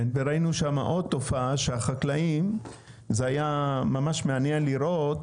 ראינו שם עוד תופעה, וזה היה ממש מעניין לראות.